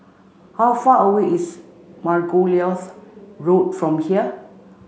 how far away is Margoliouth Road from here